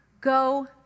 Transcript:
go